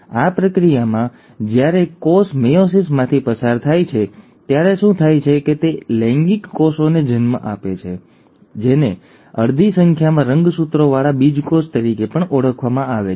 આ પ્રક્રિયામાં જ્યારે કોષ મેયોસિસમાંથી પસાર થાય છે ત્યારે શું થાય છે કે તે લૈંગિક કોષોને જન્મ આપે છે જેને અડધી સંખ્યામાં રંગસૂત્રોવાળા બીજકોષો તરીકે પણ ઓળખવામાં આવે છે